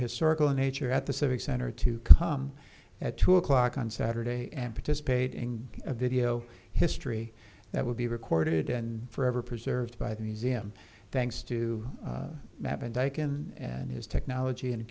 historical in nature at the civic center to come at two o'clock on saturday and participate in a video history that will be recorded and forever preserved by the museum thanks to map and taken and his technology and